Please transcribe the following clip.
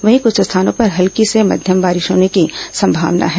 वहीं कुछ स्थानों पर हल्की से मध्यम बारिश होने की संभावना है